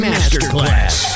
Masterclass